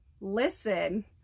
listen